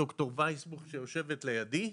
ד"ר וייסבוך שיושבת לידי,